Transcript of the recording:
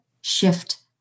shift